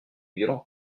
violente